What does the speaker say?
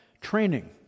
Training